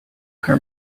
her